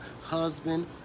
husband